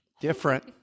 Different